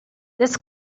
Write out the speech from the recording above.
this